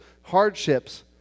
hardships